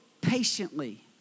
patiently